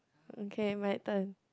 okay my turn